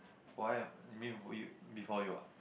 why am you mean be~ you before you ah